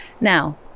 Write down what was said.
Now